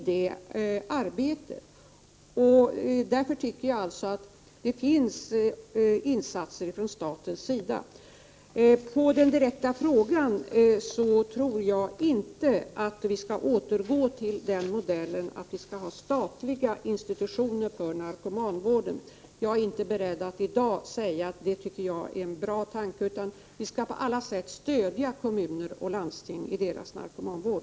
Jag anser alltså att staten gör insatser. På Göran Ericssons direkta fråga vill jag svara att jag inte tror att vi bör återgå till modellen med statliga institutioner för narkomanvården. Jag är inte beredd att i dag säga att jag tycker att det är en bra tanke. Däremot skall vi på alla sätt stödja kommuner och landsting i deras narkomanvård.